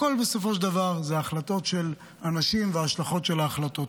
הכול בסופו של דבר זה החלטות של אנשים והשלכות של ההחלטות.